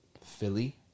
Philly